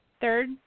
third